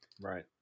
Right